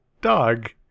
dog